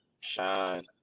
Shine